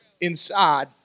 inside